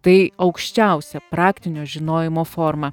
tai aukščiausia praktinio žinojimo forma